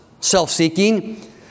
self-seeking